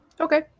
Okay